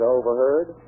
overheard